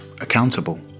accountable